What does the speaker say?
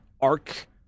arc